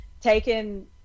taken